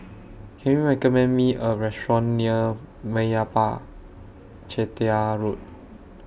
Can YOU recommend Me A Restaurant near Meyappa Chettiar Road